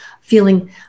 feeling